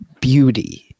beauty